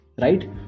Right